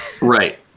Right